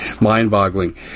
mind-boggling